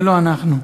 ולא אנחנו.